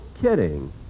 kidding